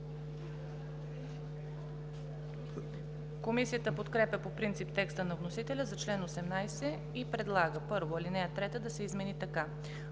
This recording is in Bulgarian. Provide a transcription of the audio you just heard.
Комисията подкрепя по принцип текста на вносителя за чл. 18 и предлага: „1. Алинея 3 да се измени така: